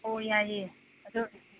ꯑꯣ ꯌꯥꯏꯌꯦ ꯑꯗꯨ